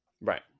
Right